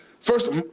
First